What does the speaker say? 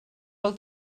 pel